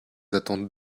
attentes